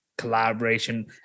collaboration